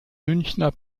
münchener